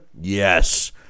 Yes